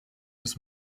des